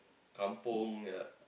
kampung ya